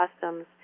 customs